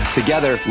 together